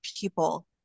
people